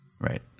Right